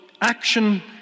action